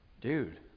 Dude